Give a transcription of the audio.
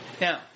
Now